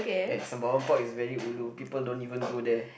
at Sembawang Park is very ulu people don't even go there